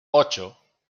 ocho